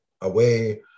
away